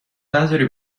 نداری